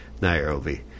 Nairobi